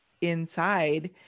inside